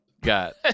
got